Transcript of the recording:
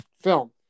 film